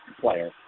player